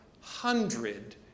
hundred